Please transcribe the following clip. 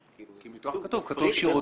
הכתוב?